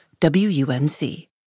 WUNC